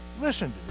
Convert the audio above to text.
Listen